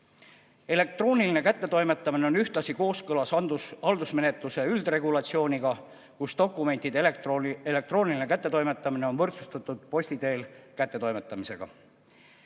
Elektrooniline kättetoimetamine on ühtlasi kooskõlas haldusmenetluse üldregulatsiooniga, kus dokumentide elektrooniline kättetoimetamine on võrdsustatud posti teel kättetoimetamisega.